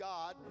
God